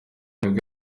nibwo